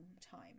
time